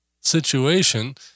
situation